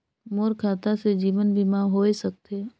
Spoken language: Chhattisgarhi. मोर खाता से जीवन बीमा होए सकथे?